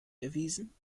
erwiesen